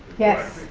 yes.